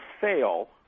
fail